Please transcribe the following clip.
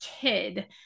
kid